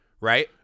Right